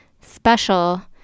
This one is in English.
special